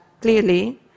clearly